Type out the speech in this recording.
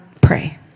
pray